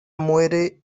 muere